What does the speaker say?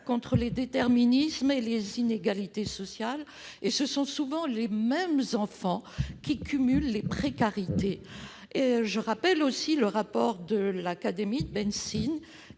contre les déterminismes et les inégalités sociales. Ce sont souvent les mêmes enfants qui cumulent les précarités. Je rappelle par ailleurs que l'Académie de médecine